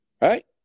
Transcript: Right